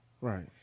right